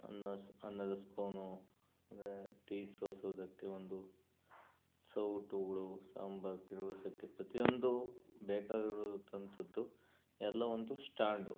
ಅನ್ನ ಸ್ ಅನ್ನದ ಸ್ಪೂನು ಮತ್ತೆ ಟೀ ಸೋಸೋದಕ್ಕೆ ಒಂದು ಸೌಟುಗುಳು ಸಾಂಬಾರು ತಿರ್ಗಿಸೋಕ್ಕೆ ಪ್ರತಿಯೊಂದು ಬೇಕಾಗಿರುವುದು ಅಂಥದ್ದು ಎಲ್ಲವಂತೂ ಸ್ಟ್ಯಾಂಡು